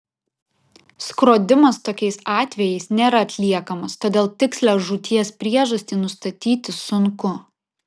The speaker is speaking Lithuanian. skrodimas tokiais atvejais nėra atliekamas todėl tikslią žūties priežastį nustatyti sunku